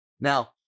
Now